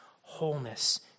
wholeness